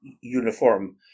uniform